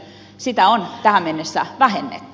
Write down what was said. sitä on tähän mennessä vähennetty